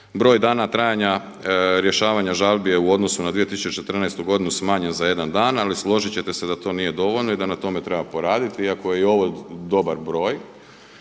Broj dana trajanja rješavanja žalbi je u odnosu na 2014. godinu smanjen za jedan dan ali složit ćete se da to nije dovoljno i da na tome treba poraditi iako je i ovo dobar broj.